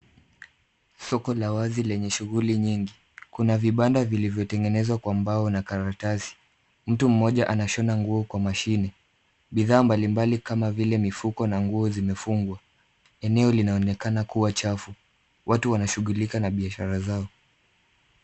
Soko la wazi lenye shuguli nyingi. Kuna vibanda vilivyotengenezwa kwa mbao na karatasi. Mtu mmoja anashona nguo kwa mashini. Bidhaa mblimbali kama vile mifuko na nguo zimefungwa. Eneo linaonekana kuwa chafu. Watu wanashugulika na biashara zao.